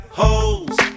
holes